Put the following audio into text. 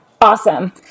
Awesome